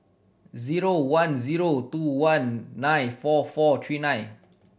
zero one zero two one nine four four three nine